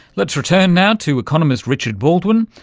let's return now to economist richard baldwin,